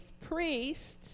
priests